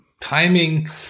timing